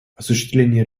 осуществление